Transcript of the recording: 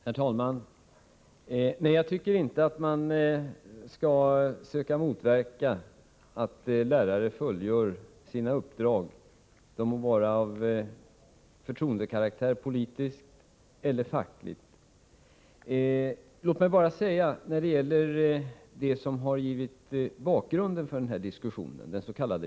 Herr talman! Nej, jag tycker inte att man skall söka motverka att lärare fullgör sina uppdrag — de må vara av förtroendekaraktär politiskt eller fackligt. Låt mig bara säga beträffande det som utgör bakgrunden till den här diskussionen, dens.k.